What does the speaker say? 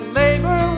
labor